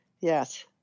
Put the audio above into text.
yes